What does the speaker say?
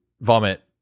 vomit